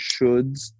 shoulds